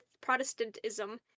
Protestantism